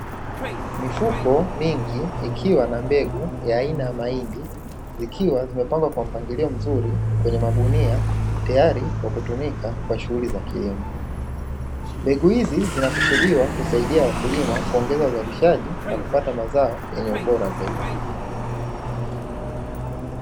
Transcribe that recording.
Mifuko mingi ikiwa na mbegu ya aina ya mahindi, ikiwa imepangwa kwa mpangilio mzuri kwenye magunia, tayari kwa kutumika kwa shughuli za kilimo. Mbegu hizi zinakusudiwa kusaidia wakulima kuongeza uzalishaji na kupata mazao yenye ubora zaidi.